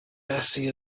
bessie